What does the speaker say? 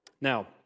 Now